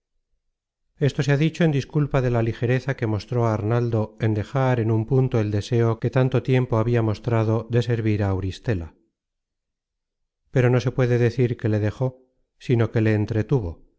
esto se ha dicho en disculpa de la ligereza que mostró arnaldo en dejar en un punto el deseo que tanto tiempo habia mostrado de servir á auristela pero no se puede decir que le dejó sino que le entretuvo